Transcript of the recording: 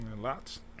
Lots